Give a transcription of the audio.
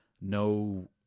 No